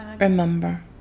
remember